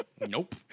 Nope